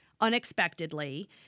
unexpectedly